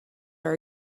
are